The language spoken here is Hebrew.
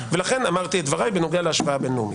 לכן אמרתי את דבריי בנוגע להשוואה בין-לאומית.